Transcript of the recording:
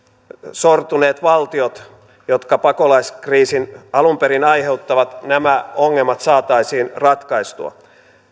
sortuneissa valtioissa jotka pakolaiskriisin alun perin aiheuttavat ja näiden ongelmat saataisiin ratkaistua